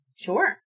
Sure